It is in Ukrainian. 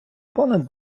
понад